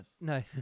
No